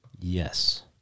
Yes